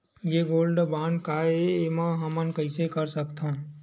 ये gold bond काय ए एमा हमन कइसे कर सकत हव?